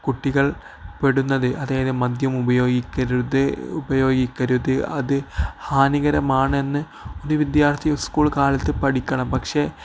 കുട്ടികൾപെടുന്നത് അതായത് മദ്യം ഉപയോഗിക്കരുത് ഉപയോഗിക്കരുത് അത് ഹാനികരമാണെന്ന് ഒരു വിദ്യാർത്ഥി സ്കൂൾ കാലത്ത് പഠിക്കണം പക്ഷെ